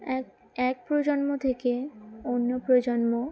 এক এক প্রজন্ম থেকে অন্য প্রজন্ম